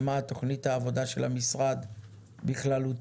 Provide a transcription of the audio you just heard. ומה תכנית העבודה של המשרד בכללותה.